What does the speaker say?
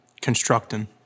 constructing